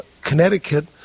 Connecticut